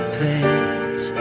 page